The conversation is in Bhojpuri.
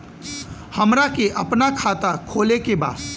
हमरा के अपना खाता खोले के बा?